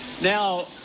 Now